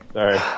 Sorry